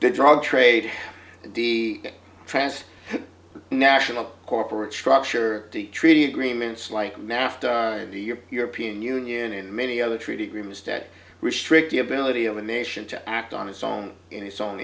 the drug trade and the trans national corporate structure treaty agreements like nafta to your european union and many other treaty agreements that restrict the ability of a nation to act on its own in its own